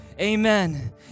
Amen